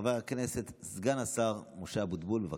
חבר הכנסת וסגן השר משה אבוטבול, בבקשה.